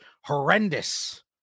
horrendous